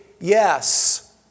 yes